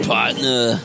Partner